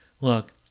look